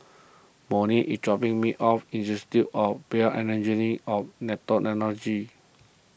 Monnie is dropping me off Institute of BioEngineering of Nanotechnology